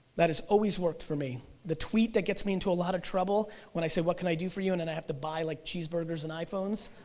that has always worked for me, the tweet that gets me into a lot of trouble when i say what can i do for you, and and i have to buy like cheeseburgers and iphones,